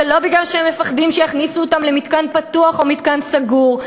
זה לא כי הם מפחדים שיכניסו אותם למתקן פתוח או למתקן סגור.